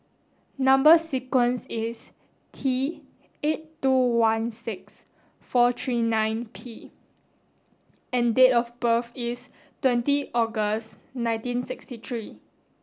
number sequence is T eight two one six four three nine P and date of birth is twenty August nineteen sixty three